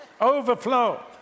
Overflow